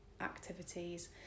activities